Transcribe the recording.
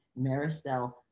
Maristel